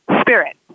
spirit